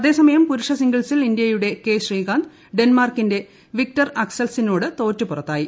അതേസമയം പുരുഷ സിംഗിൾസിൽ ഇന്ത്യയുടെ കെ ശ്രീകാന്ത് ഡെൻമാർക്കിന്റെ വിക്ടർ അക്സൽസെനിനോട് തോറ്റ് പുറത്തായി